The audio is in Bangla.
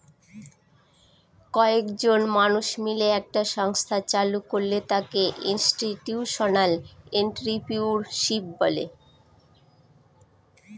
কয়েকজন মানুষ মিলে একটা সংস্থা চালু করলে তাকে ইনস্টিটিউশনাল এন্ট্রিপ্রেনিউরশিপ বলে